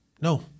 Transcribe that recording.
No